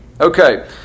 Okay